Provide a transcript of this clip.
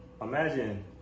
Imagine